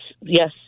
yes